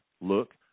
look